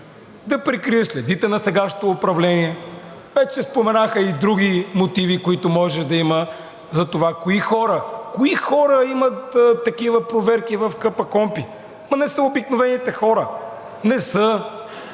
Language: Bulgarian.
да прикрие следите на сегашното управление. Вече се споменаха и други мотиви, които може да има, за това кои хора имат такива проверки в КПКОНПИ. Не са обикновените хора. Не са.